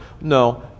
No